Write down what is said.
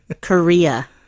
Korea